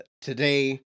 today